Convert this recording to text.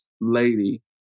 lady